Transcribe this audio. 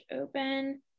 open